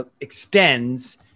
extends